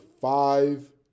five